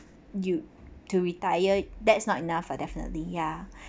you to retire that's not enough ah definitely ya